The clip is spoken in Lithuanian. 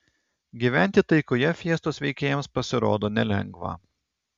gyventi taikoje fiestos veikėjams pasirodo nelengva